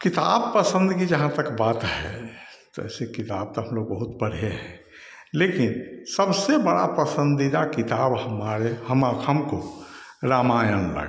किताब पसंद की जहाँ तक बात है तो ऐसी किताब तो हम लोग बहुत पढ़े हैं लेकिन सबसे बड़ा पसंदीदा किताब हमारे हमको रामायण लगा